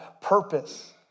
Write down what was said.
purpose